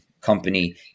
company